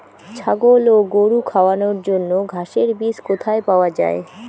ছাগল ও গরু খাওয়ানোর জন্য ঘাসের বীজ কোথায় পাওয়া যায়?